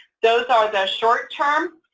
those are the short-term,